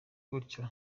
gutyo